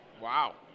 Wow